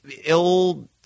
ill